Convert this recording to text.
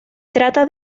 trata